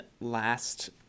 last